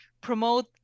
promote